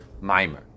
mimer